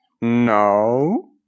No